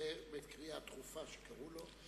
כנראה בקריאה דחופה שקראו לו.